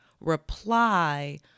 reply